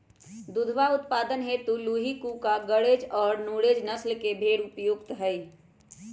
दुधवा उत्पादन हेतु लूही, कूका, गरेज और नुरेज नस्ल के भेंड़ उपयुक्त हई